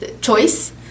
Choice